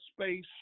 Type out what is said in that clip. space